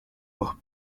dos